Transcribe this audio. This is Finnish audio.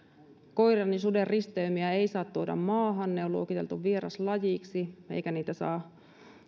koiran ja suden risteymiä ei saa tuoda maahan ne on luokiteltu vieraslajiksi eikä niitä saa